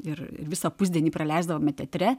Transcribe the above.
ir visą pusdienį praleisdavome teatre